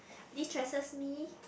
destresses me